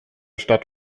stadt